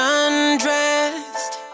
undressed